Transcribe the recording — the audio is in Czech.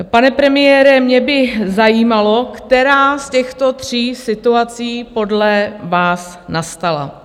Pane premiére, mě by zajímalo, která z těchto tří situací podle vás nastala.